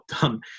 done